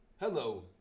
Hello